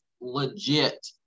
legit